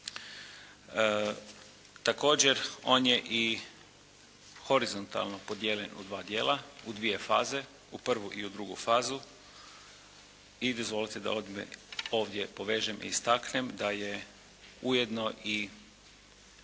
Također on je i horizontalno podijeljen u dva dijela, u dvije faze u prvu i u drugu fazu. I … /Govornik se ne razumije./ … ovdje povežem i istaknem da je ujedno i